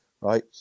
right